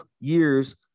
years